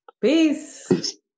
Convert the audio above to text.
Peace